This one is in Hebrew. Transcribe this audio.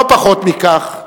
לא פחות מכך,